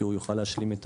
כי הוא יוכל להשלים את